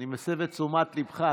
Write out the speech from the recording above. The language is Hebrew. אני מסב את תשומת ליבך,